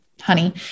honey